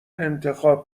انتخاب